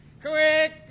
Quick